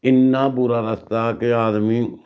इ'न्ना बुरा रस्ता के आदमी